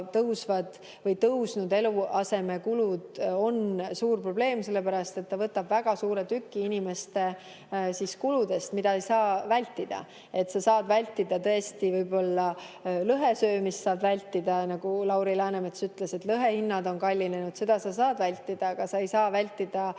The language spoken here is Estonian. ja tõusnud eluasemekulud on suur probleem, sellepärast et see võtab väga suure tüki inimeste kuludest, mida ei saa vältida. Sa saad vältida tõesti võib-olla lõhe söömist – Lauri Läänemets ütles, et lõhe hind on kallinenud –, seda sa saad vältida, aga sa ei saa vältida